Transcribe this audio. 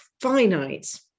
finite